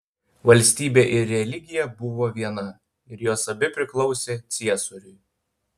valstybė ir religija buvo viena ir jos abi priklausė ciesoriui